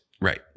right